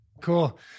Cool